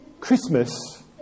Christmas